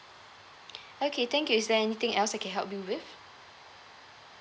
okay thank you is there anything else I can help you with